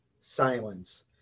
silence